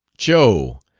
joe!